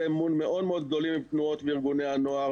אמון מאוד מאוד גדולים עם תנועות וארגוני הנוער